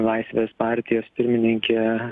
laisvės partijos pirmininkė